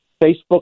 Facebook